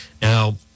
Now